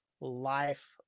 life